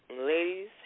Ladies